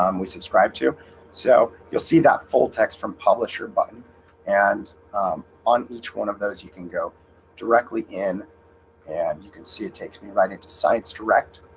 um we subscribe to so you'll see that full text from publisher button and on each one of those you can go directly in and you can see it takes me right into science direct